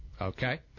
Okay